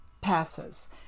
passes